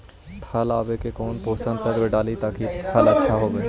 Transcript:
फल आबे पर कौन पोषक तत्ब डाली ताकि फल आछा होबे?